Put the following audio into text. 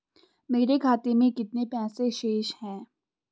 मेरे खाते में कितने पैसे शेष हैं?